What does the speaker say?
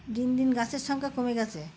দিন দিন গাছের সংখ্যা কমে গিয়েছে